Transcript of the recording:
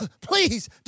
please